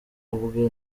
ubwe